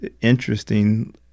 interesting